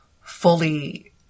fully